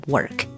Work